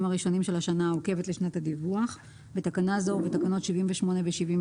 הראשונים של השנה העוקבת לשנת הדיווח (בתקנה זו ובתקנות 78 ו-79